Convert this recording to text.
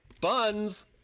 Buns